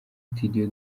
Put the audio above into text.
studio